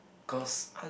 cause